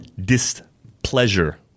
displeasure